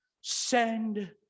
send